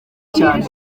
cyane